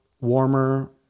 warmer